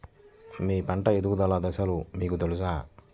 మీ పంట ఎదుగుదల దశలు మీకు తెలుసా?